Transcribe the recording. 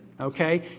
Okay